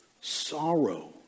sorrow